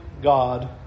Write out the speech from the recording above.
God